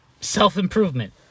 self-improvement